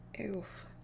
Oof